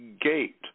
gate